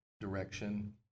direction